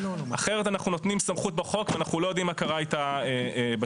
אחרת אנחנו נותנים סמכות בחוק ואנחנו לא יודעים מה קרה איתה בשטח.